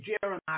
Jeremiah